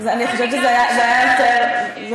זה היה אחרת הפעם.